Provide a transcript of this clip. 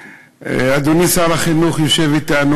אדוני שר החינוך יושב אתנו,